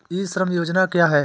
ई श्रम योजना क्या है?